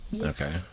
Okay